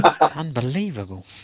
Unbelievable